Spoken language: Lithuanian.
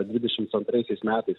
dvidešimt antraisiais metais